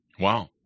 Wow